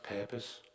purpose